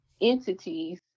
entities